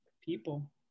people